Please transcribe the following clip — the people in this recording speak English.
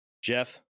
Jeff